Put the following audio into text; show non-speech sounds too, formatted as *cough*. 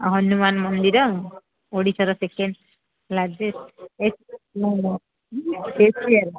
ଆଉ ହନୁମାନ ମନ୍ଦିର ଓଡ଼ିଶାର ସେକେଣ୍ଡ୍ ଲାର୍ଜେଷ୍ଟ୍ ଏସ *unintelligible*